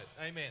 Amen